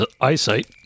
eyesight